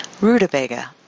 Rutabaga